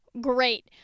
great